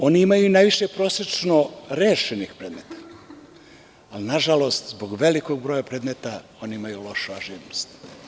Oni imaju i najviše prosečno rešenih predmeta, ali, nažalost, zbog velikog broja predmeta, oni imaju lošu ažurnost.